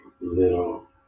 little